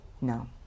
No